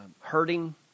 hurting